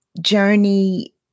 Journey